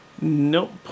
Nope